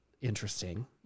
interesting